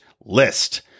list